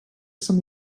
some